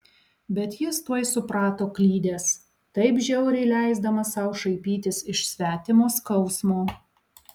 bet jis tuoj suprato klydęs taip žiauriai leisdamas sau šaipytis iš svetimo skausmo